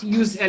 use